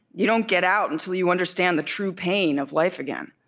you don't get out until you understand the true pain of life again